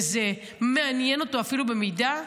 וזה מעניין אותו אפילו במידה,